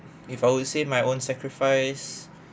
if I would say my own sacrifice